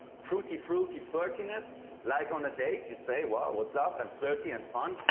fruity, fruity flirtiness like on the date. you say, well, what's up? and flirty and fun.